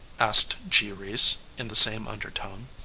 asked g. reece in the same undertone.